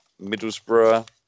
Middlesbrough